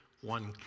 one